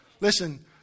Listen